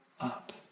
up